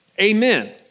Amen